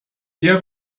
der